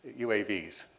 UAVs